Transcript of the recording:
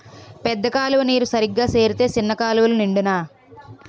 పెద్ద కాలువ నీరు సరిగా సేరితే సిన్న కాలువలు నిండునా